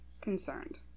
concerned